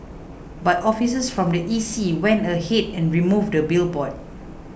but officers from the E C went ahead and removed the billboard